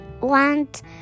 want